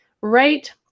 Right